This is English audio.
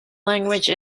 language